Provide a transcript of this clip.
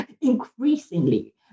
increasingly